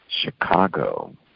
Chicago